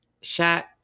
shot